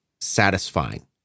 satisfying